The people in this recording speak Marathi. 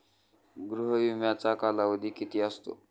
गृह विम्याचा कालावधी किती असतो?